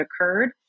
occurred